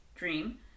dream